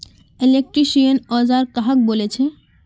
Electrician औजार कहाक बोले छे?